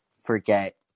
forget